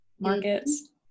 Markets